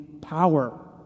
power